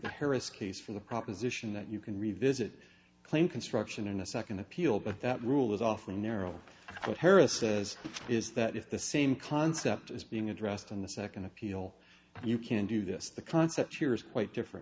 harris case for the proposition that you can revisit claim construction in a second appeal but that rule is often nurul what harris says is that if the same concept is being addressed in the second appeal you can do this the concept here is quite different